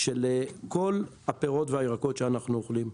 של כל הפירות והירקות שאנחנו אוכלים.